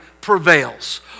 prevails